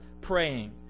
praying